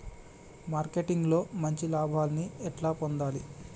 Marketing లో మంచి లాభాల్ని ఎట్లా పొందాలి?